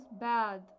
bad